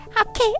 Okay